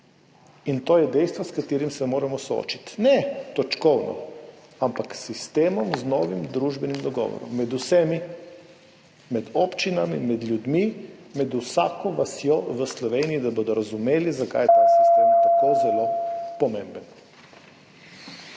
in to je dejstvo, s katerim se moramo soočiti. Ne točkovno, ampak s sistemom, z novim družbenim dogovorom med vsemi, med občinami, med ljudmi, med vsako vasjo v Sloveniji, da bodo razumeli, zakaj je ta sistem tako zelo pomemben.